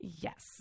Yes